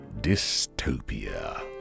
dystopia